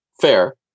Fair